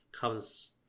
comes